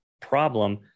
problem